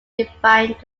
defined